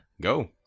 go